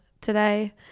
today